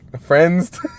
friends